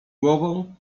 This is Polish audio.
głową